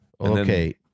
Okay